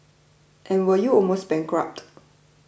and were you almost bankrupted